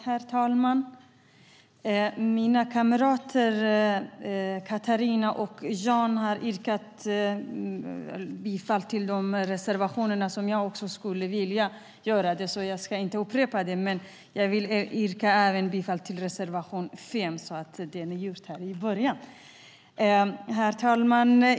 Herr talman! Mina kamrater Katarina Köhler och Jan Lindholm har yrkat bifall till de reservationer som jag också vill yrka bifall till. Därför ska jag inte upprepa yrkandet. Men jag vill även yrka bifall till reservation 5. Herr talman!